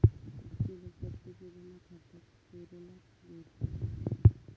खुपशे लोक प्रत्यक्ष जमा खात्याक पेरोलाक जोडतत